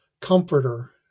comforter